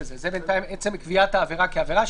בינתיים זה עצם קביעת העבירה כעבירה,